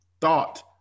thought